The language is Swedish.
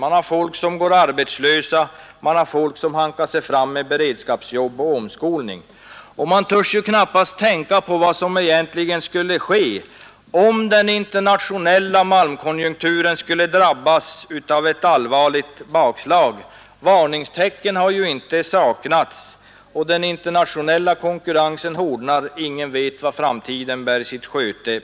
Människor går arbetslösa eller hankar sig fram med beredskapsjobb och omskolning. Man törs knappast tänka på vad som egentligen skulle ske om den internationella malmkonjunkturen skulle drabbas av ett allvarligt bakslag. Varningstecken har inte saknats, den internationella konkurrensen hårdnar och ingen vet vad framtiden bär i sitt sköte.